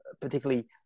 particularly